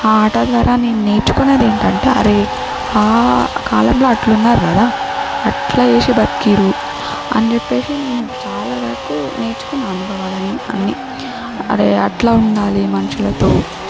ఆ ఆట ద్వారా నేను నేర్చుకున్నది ఏంటంటే అరే ఆ కాలంలో అంట్లున్నారు కదా అట్ల చేషి బతికిరు అన్ చెప్పేషి నేను చాలా వరకు నేర్చుకున్నా అనుభవాలను అన్నీ అరే అట్ల ఉండాలి మనుషులతో